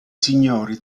signori